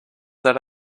that